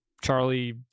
Charlie